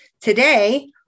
Today